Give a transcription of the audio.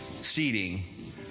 seating